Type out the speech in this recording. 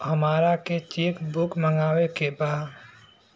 हमारा के cheque book मगावे के बा?